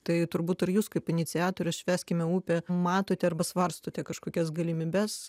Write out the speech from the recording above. tai turbūt ir jus kaip iniciatorės švęskime upę matote arba svarstote kažkokias galimybes